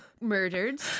murdered